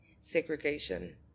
segregation